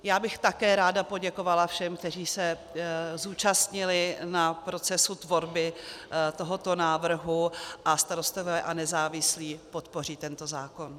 Já bych také ráda poděkovala všem, kteří se zúčastnili na procesu tvorby tohoto návrhu, a Starostové a nezávislí podpoří tento zákon.